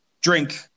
drink